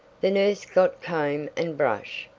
the nurse got comb and brush,